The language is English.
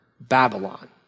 Babylon